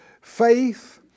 Faith